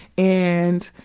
and,